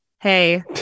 hey